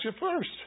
first